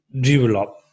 develop